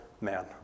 man